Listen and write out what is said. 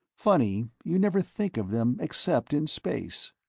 funny, you never think of them except in space.